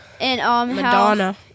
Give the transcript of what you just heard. Madonna